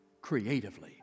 creatively